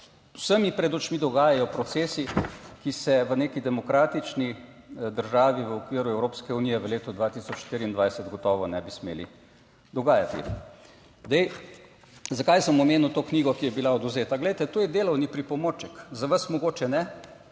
vsemi pred očmi dogajajo procesi, ki se v neki demokratični državi v okviru Evropske unije v letu 2024 gotovo ne bi smeli dogajati. Zdaj, zakaj sem omenil to knjigo, ki je bila odvzeta? Glejte, to je delovni pripomoček za vas, mogoče ne,